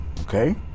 Okay